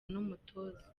n’umutoza